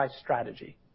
strategy